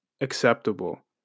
acceptable